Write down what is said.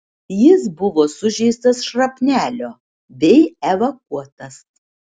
jis buvo sužeistas šrapnelio bei evakuotas